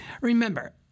Remember